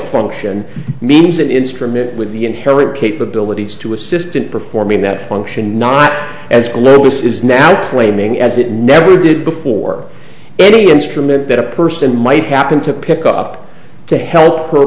function means that instrument with the inherent capabilities to assistant performing that function not as globus is now claiming as it never did before any instrument that a person might happen to pick up to help per